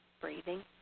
breathing